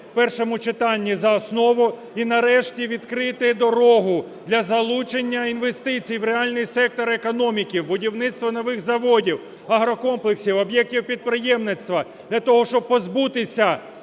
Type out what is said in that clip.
першому читанні за основу - і нарешті відкрити дорогу для залучення інвестицій в реальний сектор економіки, в будівництво нових заводів, агрокомплексів, об'єктів підприємництва, для того щоб позбутися